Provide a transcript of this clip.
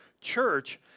church